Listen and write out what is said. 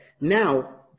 Now